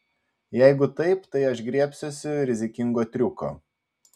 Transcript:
jeigu taip tai aš griebsiuosi rizikingo triuko